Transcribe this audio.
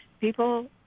people